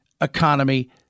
economy